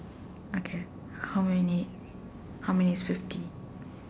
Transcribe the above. okay how many how many fifty